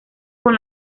con